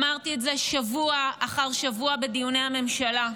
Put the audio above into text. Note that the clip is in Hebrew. אמרתי את זה שבוע אחר שבוע בדיוני הממשלה.